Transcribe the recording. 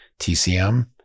TCM